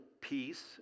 peace